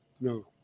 No